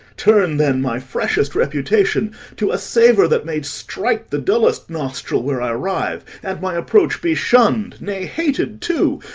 turn then my freshest reputation to a savour that may strike the dullest nostril where i arrive, and my approach be shunn'd, nay, hated too,